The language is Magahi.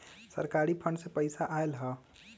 सरकारी फंड से पईसा आयल ह?